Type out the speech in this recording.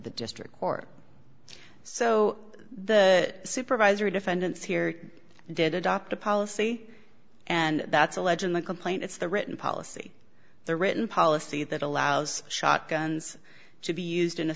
the district court so the supervisory defendants here did adopt a policy and that's allege in the complaint it's the written policy the written policy that allows shotguns to be used in a